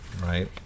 right